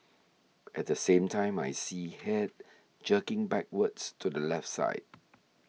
at the same time I see head jerking backwards to the left side